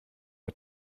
der